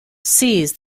seized